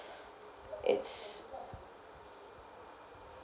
it's